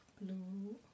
blue